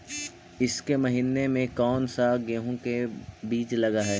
ईसके महीने मे कोन सा गेहूं के बीज लगे है?